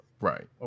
Right